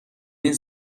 این